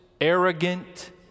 arrogant